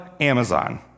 Amazon